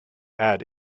add